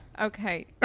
Okay